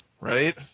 right